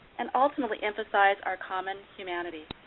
and ultimately emphasize our common humanity.